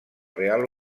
real